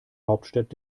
hauptstadt